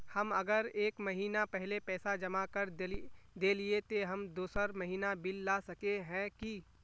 हम अगर एक महीना पहले पैसा जमा कर देलिये ते हम दोसर महीना बिल ला सके है की?